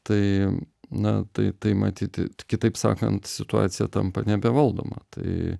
tai na tai tai matyt kitaip sakant situacija tampa nebevaldoma tai